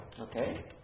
Okay